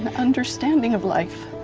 and understanding of life.